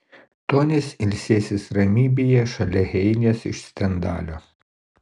tonis ilsėsis ramybėje šalia heinės ir stendalio